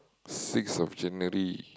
six of January